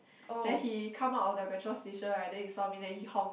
then he come out of the petrol station right then he saw me then he honk